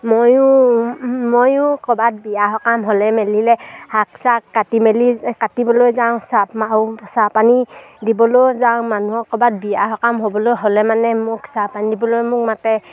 ময়ো ময়ো ক'বাত বিয়া সকাম হ'লে মেলিলে শাক চাক কাটি মেলি কাটিবলৈ যাওঁ চাহ আৰু চাহ পানী দিবলৈ যাওঁ মানুহৰ ক'বাত বিয়া সকাম হ'বলৈ হ'লে মানে মোক চাহ পানী দিবলৈ মোক মাতে